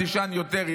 תישן יותר,